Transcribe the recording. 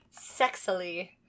sexily